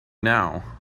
now